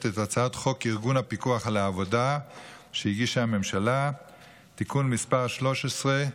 את הצעת חוק ארגון הפיקוח על העבודה (תיקון מס' 12),